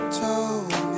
told